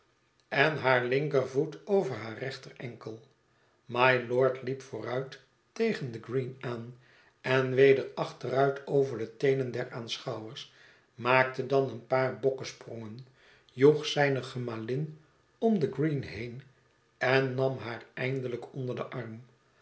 en haar linkervoet over haar rechterenkel mylord liep vooruit tegen den green aan en weder achteruit over de teenen der aanschouwers maakte dan een paar bokkesprongen joeg zijne gemalin om den green heen en nam haar eindelijk onder den arm